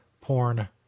porn